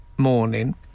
morning